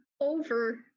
over